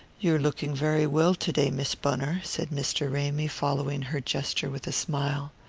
you're looking very well to-day, miss bunner, said mr. ramy, following her gesture with a smile.